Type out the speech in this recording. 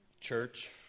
church